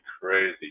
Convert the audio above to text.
crazy